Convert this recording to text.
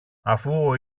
αφού